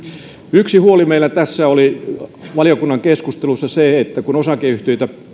yksi huoli meillä tässä valiokunnan keskustelussa oli se että kun osakeyhtiöitä